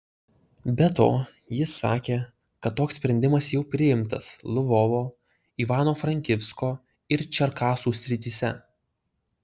be to jis sakė kad toks sprendimas jau priimtas lvovo ivano frankivsko ir čerkasų srityse